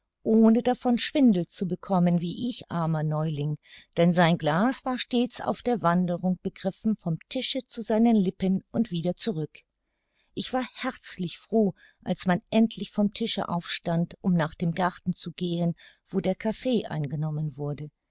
ohne davon schwindel zu bekommen wie ich armer neuling denn sein glas war stets auf der wanderung begriffen vom tische zu seinen lippen und wieder zurück ich war herzlich froh als man endlich vom tische aufstand um nach dem garten zu gehen wo der kaffee eingenommen wurde